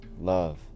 Love